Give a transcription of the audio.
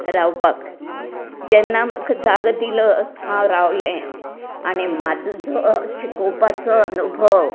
रावपाक जेन्ना म्हाका जागो दिलो हांव रावलें आनी म्हाजो जो शिकोवपाचो अनुभव